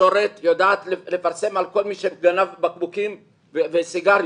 התקשורת יודעת לפרסם על כל מי שגנב בקבוקים וסיגריות,